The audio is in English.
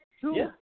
Two